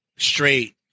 straight